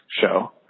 show